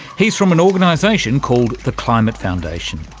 he's from an organisation called the climate foundation.